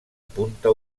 punta